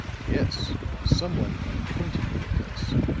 yes someone unacquainted with the place.